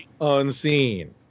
unseen